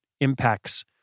impacts